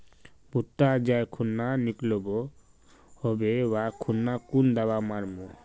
भुट्टा जाई खुना निकलो होबे वा खुना कुन दावा मार्मु?